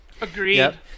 Agreed